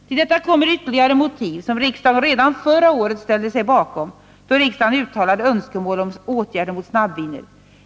Till detta kommer ytterligare motiv, som riksdagen redan förra året ställde sig bakom då riksdagen uttalade önskemål om åtgärder mot snabbvinerna.